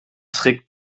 trick